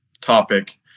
topic